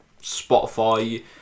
Spotify